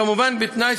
כמובן בתנאי,